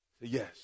Yes